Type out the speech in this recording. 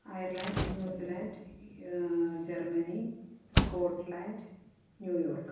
Ireland New Zealand Germany Scotland New York